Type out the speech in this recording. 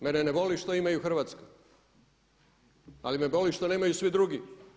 Mene ne boli što oni imaju Hrvatsku, ali me boli što nemaju svi drugi.